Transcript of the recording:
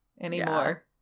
anymore